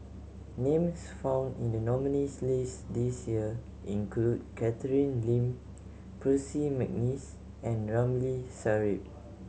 names found in the nominees' list this year include Catherine Lim Percy McNeice and Ramli Sarip